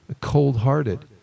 cold-hearted